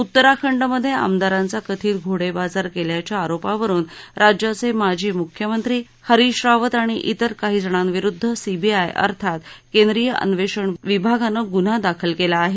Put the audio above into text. उत्तराखंडमधे आमदारांचा कथित घोडेबाजार केल्यच्या आरोपांवरुन राज्याचे माजी मुख्यमंत्री हरीश रावत आणि इतर काही जणांविरुद्ध सीबीआय अर्थात केंद्रीय अन्वेषण विभागानं गुन्हा दाखल केला आहे